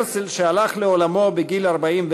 הרצל, שהלך לעולמו בגיל 44,